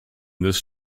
this